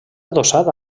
adossat